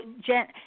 Jen